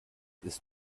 ist